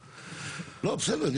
לא, בסדר.